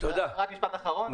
רק משפט אחרון,